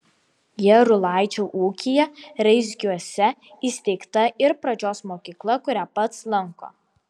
jarulaičio ūkyje raizgiuose įsteigta ir pradžios mokykla kurią pats lanko